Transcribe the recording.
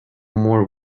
more